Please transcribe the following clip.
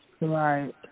Right